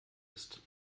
ist